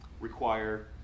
require